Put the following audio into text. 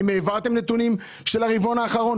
האם העברתם נתונים מהרבעון האחרון?